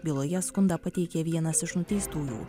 byloje skundą pateikė vienas iš nuteistųjų